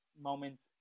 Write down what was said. moments